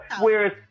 Whereas